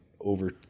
over